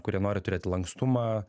kurie nori turėti lankstumą